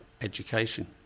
education